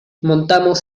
montamos